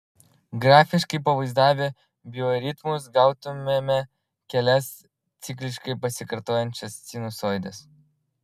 grafiškai pavaizdavę bioritmus gautumėme kelias cikliškai pasikartojančias sinusoides